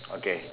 okay